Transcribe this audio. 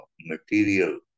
material